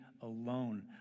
alone